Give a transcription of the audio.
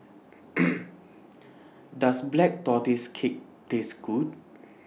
Does Black tortoises Cake Taste Good